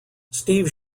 steve